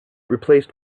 replaced